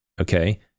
okay